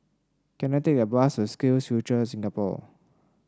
can I take a bus to SkillsFuture Singapore